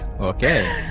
Okay